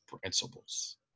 principles